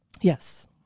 Yes